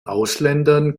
ausländern